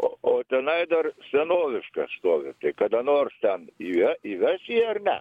o o tenai dar senoviškas stovi kada nors ten įve įves jį ar ne